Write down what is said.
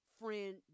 friend